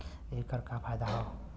ऐकर का फायदा हव?